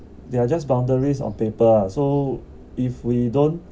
they're just boundaries on paper ah so if we don't